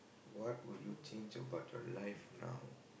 what would you change about your life now